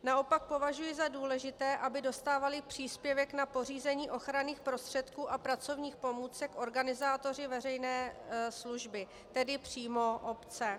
Naopak považuji za důležité, aby dostávali příspěvek na pořízení ochranných prostředků a pracovních pomůcek organizátoři veřejné služby, tedy přímo obce.